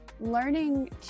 learning